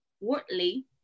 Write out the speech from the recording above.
wortley